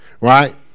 Right